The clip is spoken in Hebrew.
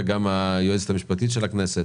וגם היועצת המשפטית של הכנסת.